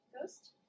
Ghost